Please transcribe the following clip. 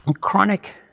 chronic